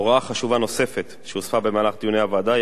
הוראה חשובה נוספת שהוספה במהלך דיוני הוועדה היא